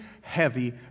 heavy